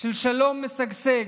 של שלום משגשג,